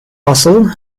bustle